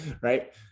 Right